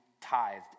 tithed